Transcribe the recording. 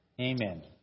Amen